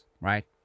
right